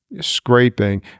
scraping